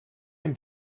him